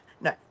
no